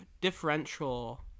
Differential